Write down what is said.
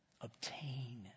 obtain